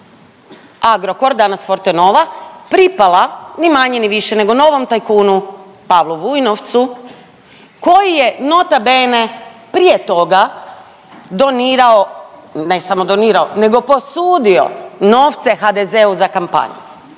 Agrokor, danas Fortenova pripala, ni manje ni više nego novom tajkunu Pavlu Vujnovcu koji je, nota bene prije toga, donirao, ne samo donirao, nego posudio novce HDZ-u za kampanju,